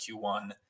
Q1